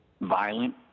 violent